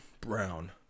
brown